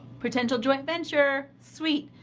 potential joint venture. sweet.